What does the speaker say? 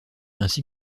ainsi